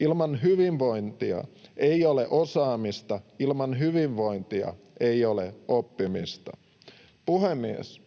Ilman hyvinvointia ei ole osaamista. Ilman hyvinvointia ei ole oppimista. Puhemies!